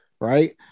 right